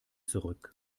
zurück